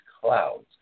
clouds